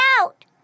out